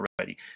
already